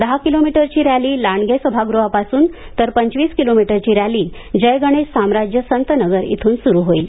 दहा किलोमीटरची रॅली लांडगे सभागृहापासून तर पंचवीस किलोमीटरची रॅली जय गणेश साम्राज्य संत नगर इथून सुरू होईल